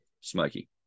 Smoky